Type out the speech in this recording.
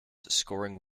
scoring